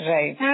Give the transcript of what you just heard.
Right